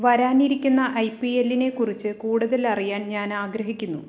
വരാനിരിക്കുന്ന I P എല്ലിനേക്കുറിച്ച് കൂടുതൽ അറിയാൻ ഞാൻ ആഗ്രഹിക്കുന്നു